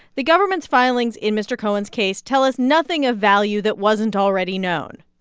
the government's filings in mr. cohen's case tell us nothing of value that wasn't already known.